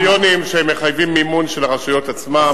יש קריטריונים שמחייבים מימון של הרשויות עצמן,